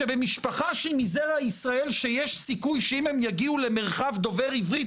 שבמשפחה שהיא מזרע ישראל שיש סיכוי שאם הם יגיעו למרחב דובר עברית,